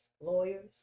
lawyers